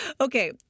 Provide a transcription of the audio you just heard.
Okay